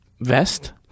vest